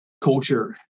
culture